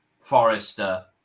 Forrester